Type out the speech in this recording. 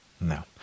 no